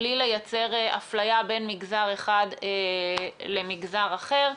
בלי לייצר אפליה בין מגזר אחד למגזר אחר.